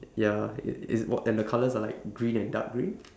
ya it it w~ and the colours are like green and dark green